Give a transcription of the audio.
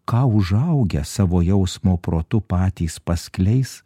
ką užaugę savo jausmo protu patys paskleis